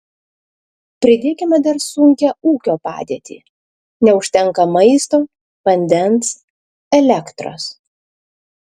pridėkime dar sunkią ūkio padėtį neužtenka maisto vandens elektros